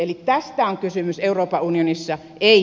eli tästä on kysymys euroopan unionissa ei